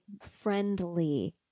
friendly